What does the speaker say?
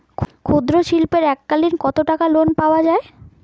ক্ষুদ্রশিল্পের এককালিন কতটাকা লোন পাওয়া য়ায়?